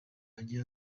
hagiye